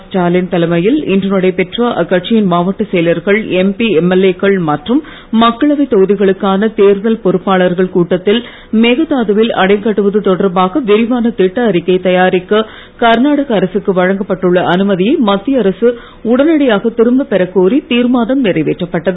ஸ்டாலின் தலைமையில் இன்று நடைபெற்ற அக்கட்சியின் மாவட்ட செயலர்கள் எம்பி எம்எல்ஏ க்கள் மற்றும் மக்களவை தொகுதிகளுக்கான தேர்தல் பெறுப்பாளர்கள் கூட்டத்தில் மேதாது வில் அணை கட்டுவது தொடர்பாக விரிவான திட்ட அறிக்கை தயாரிக்க கர்நாடக அரசுக்கு வழங்கப்பட்டுள்ள அனுமதியை மத்திய அரசு உடனடியாக திரும்ப பெறக் கோரி தீர்மானம் நிறைவேற்றப்பட்டது